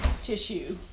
tissue